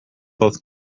both